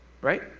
Right